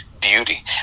beauty